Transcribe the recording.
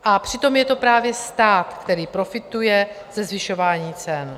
A přitom je to právě stát, který profituje ze zvyšování cen.